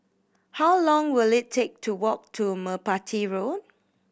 how long will it take to walk to Merpati Road